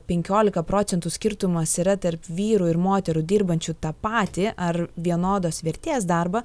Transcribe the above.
penkiolika procentų skirtumas yra tarp vyrų ir moterų dirbančių tą patį ar vienodos vertės darbą